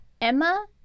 Emma